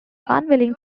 unwilling